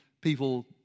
people